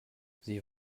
sie